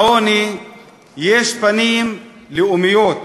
לעוני יש פנים לאומיות,